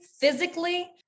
physically